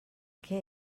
què